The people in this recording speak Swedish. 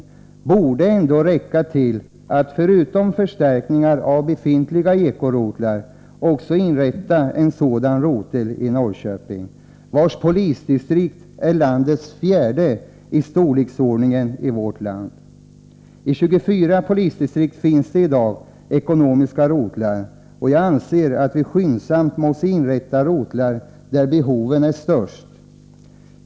Resurserna borde ändå räcka till både en förstärkning av befintliga eko-rotlar och inrättandet av en rotel i Norrköping — landets fjärde största polisdistrikt. I 24 polisdistrikt finns det i dag ekonomiska rotlar. Jag anser att vi skyndsamt måste inrätta rotlar där behoven är störst.